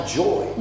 joy